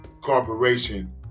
Corporation